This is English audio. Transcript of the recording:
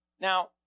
Now